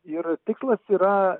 ir tikslas yra